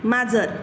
माजर